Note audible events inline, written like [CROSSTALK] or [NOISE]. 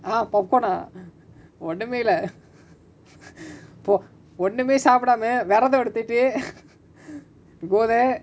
ah popcorn ah ஒன்னுமே இல்ல:onnume illa [LAUGHS] பொ ஒன்னுமே சாப்டாம வெரதோ எடுத்துட்டு:po onnume saaptaama veratho eduthutu [LAUGHS] go there